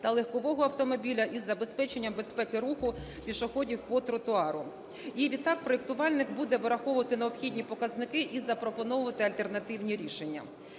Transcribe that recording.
та легкового автомобіля із забезпеченням безпеки руху пішоходів по тротуару. Відтак проектувальник буде вираховувати необхідні показники і запропоновувати альтернативні рішення.